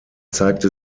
zeigte